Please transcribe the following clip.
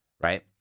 right